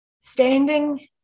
Standing